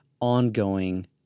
ongoing